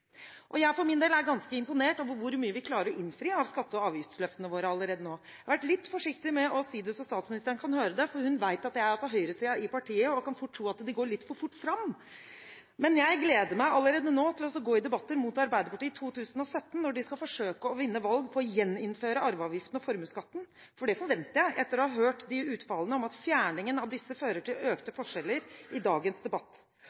for min del er ganske imponert over hvor mye vi klarer å innfri av skatte- og avgiftsløftene våre allerede nå. Jeg har vært litt forsiktig med å si det når statsministeren kan høre det, for hun vet at jeg er på høyresiden i partiet og kan fort tro at en går litt for fort fram, men jeg gleder meg allerede nå til å gå i debatter mot Arbeiderpartiet i 2017, når de skal forsøke å vinne valget ved å gjeninnføre arveavgiften og formuesskatten – for det forventer jeg etter å ha hørt utfallene i dagens debatt om at fjerningen av disse fører til økte